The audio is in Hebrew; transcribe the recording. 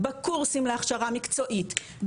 בקורסים להכשרה מקצועית,